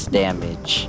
damage